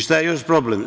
Šta je još problem?